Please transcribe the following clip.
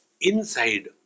Inside